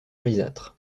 grisâtre